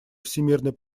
всемирной